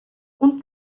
und